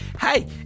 Hey